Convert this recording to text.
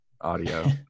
audio